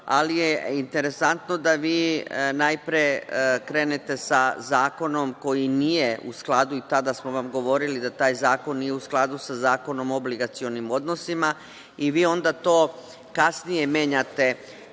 ali je interesantno da vi najpre krenete sa zakonom koji nije u skladu, i tada smo vam govorili da taj zakon nije u skladu sa Zakonom o obligacionim odnosima, i vi onda to kasnije menjate